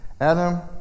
Adam